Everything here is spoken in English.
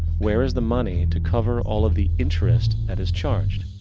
where is the money to cover all of the interest that is charged?